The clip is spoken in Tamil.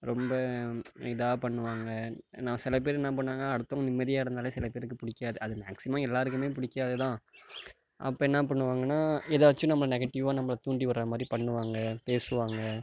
ரொம்ப இதா பண்ணுவாங்க நான் சில பேர் என்ன பண்ணுவாங்க அடுத்தவங்க நிம்மதியாக இருந்தாலே சில பேருக்கு பிடிக்காது அது மேக்ஸிமம் எல்லாேருக்குமே பிடிக்காதுதான் அப்போ என்ன பண்ணுவாங்கனால் ஏதாச்சும் நம்மளை நெகட்டிவாக நம்மளை தூண்டிவிடுற மாதிரி பண்ணுவாங்க பேசுவாங்க